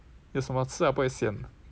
有什么吃了不会 sian